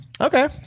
Okay